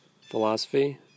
philosophy